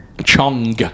Chong